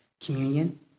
communion